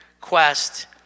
quest